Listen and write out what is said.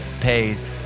pays